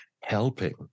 helping